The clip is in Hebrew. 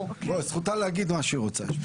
זכותה להגיד מה שהיא רוצה.